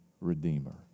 redeemer